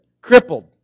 Crippled